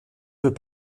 veut